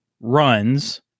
runs